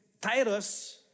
Titus